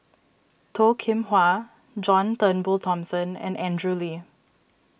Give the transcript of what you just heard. Toh Kim Hwa John Turnbull Thomson and Andrew Lee